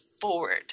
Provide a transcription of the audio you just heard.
forward